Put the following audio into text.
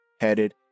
Headed